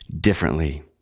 differently